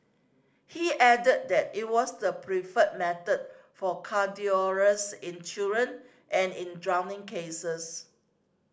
he added that it was the preferred method for cardiac arrest in children and in drowning cases